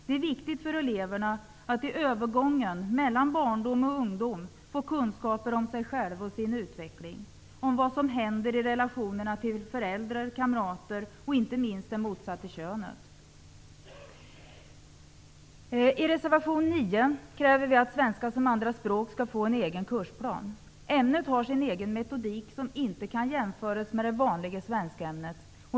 Det är viktigt för eleverna att de i övergången mellan barndom och ungdom får kunskaper om sig själva och sin utveckling, om vad som händer i relationerna till föräldrar, kamrater och -- inte minst -- det motsatta könet. I reservation nr 9 kräver vi att svenska som andra språk skall få en egen kursplan. Ämnet har sin egen metodik som inte kan jämföras med det vanliga svenskämnets.